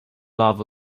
love